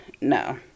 No